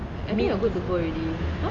I mean after it boil already